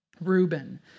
Reuben